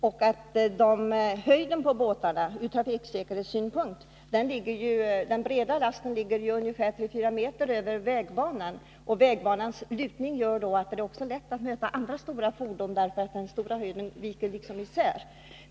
När det gäller trafiksäkerhetssynpunkterna på båtarnas höjd vill jag erinra om att den breda lasten ligger 3-4 m över vägbanan samt att dennas lutning underlättar möten med andra stora fordon. eftersom den medför att överdelarna av fordonens laster viks isär.